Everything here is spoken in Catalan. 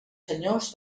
senyors